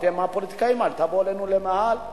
אתם הפוליטיקאים אל תבואו אלינו למאהל,